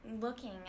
looking